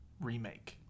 Remake